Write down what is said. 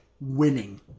Winning